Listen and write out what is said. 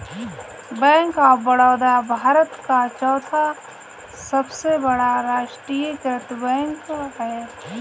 bank of Baroda Bharat का चौथा सबसे बड़ा राष्ट्रीयकृत बैंक है